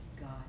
God